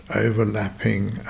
overlapping